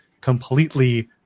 completely